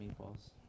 meatballs